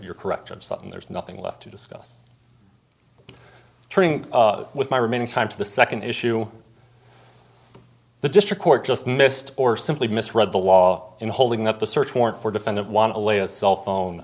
you're correct or something there's nothing left to discuss with my remaining time to the second issue the district court just missed or simply misread the law in holding that the search warrant for defendant wanna lay a cell phone